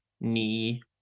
knee